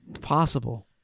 Possible